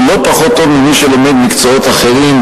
הוא לא פחות טוב ממי שלומד מקצועות אחרים,